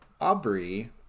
aubrey